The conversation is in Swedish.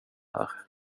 här